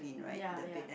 ya ya